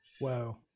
Wow